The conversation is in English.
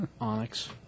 Onyx